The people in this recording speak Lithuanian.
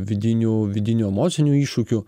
vidinių vidinių emocinių iššūkių